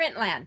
Printland